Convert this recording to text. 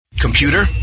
Computer